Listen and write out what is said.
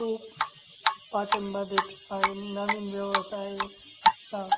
खूप पाठिंबा देत आहे नवीन व्यवसायाला